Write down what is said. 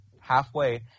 halfway –